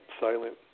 silent